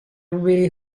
really